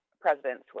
presidents